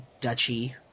duchy